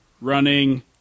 running